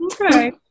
Okay